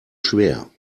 schwer